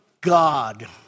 God